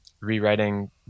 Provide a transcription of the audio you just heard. rewriting